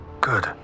Good